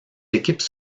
équipes